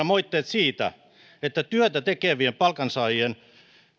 moitteet siitä että työtä tekevien palkansaajien